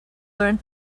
learned